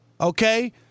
Okay